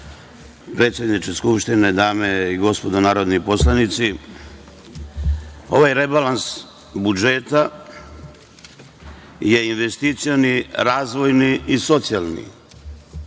predsedniče Skupštine, dame i gospodo narodni poslanici, ovaj rebalans budžeta je investicioni, razvojni i socijalni.